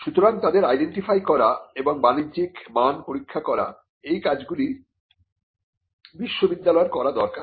সুতরাং তাদের আইডেন্টিফাই করা এবং বাণিজ্যিক মান পরীক্ষা করা এই কাজগুলি বিশ্ববিদ্যালয়ের করা দরকার